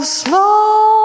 slow